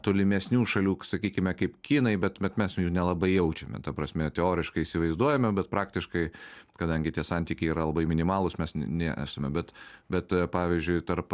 tolimesnių šalių sakykime kaip kinai bet bet mes jų nelabai jaučiame ta prasme teoriškai įsivaizduojame bet praktiškai kadangi tie santykiai yra labai minimalūs mes nesame bet bet pavyzdžiui tarp